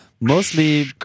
Mostly